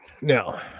now